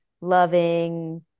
loving